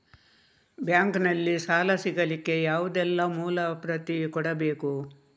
Bank ನಲ್ಲಿ ಸಾಲ ಸಿಗಲಿಕ್ಕೆ ಯಾವುದೆಲ್ಲ ಮೂಲ ಪ್ರತಿ ಕೊಡಬೇಕು?